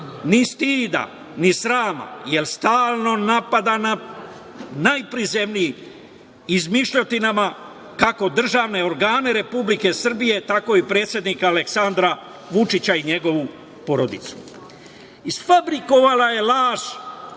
ni stida, ni srama, jer stalno napada na najprizemniji način, izmišljotinama, kako državne organe Republike Srbije, tako i predsednika Aleksandra Vučića i njegovu porodicu. Isfabrikovala je laž